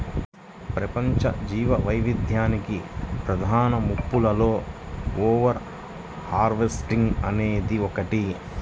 ప్రపంచ జీవవైవిధ్యానికి ప్రధాన ముప్పులలో ఓవర్ హార్వెస్టింగ్ అనేది ఒకటి